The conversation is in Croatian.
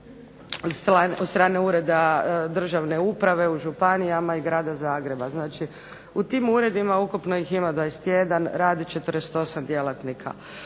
od strane Ureda državne uprave u županijama i grada Zagreba. Znači u tim uredima ukupno ih ima 21, radi 48 djelatnika.